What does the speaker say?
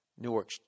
Newark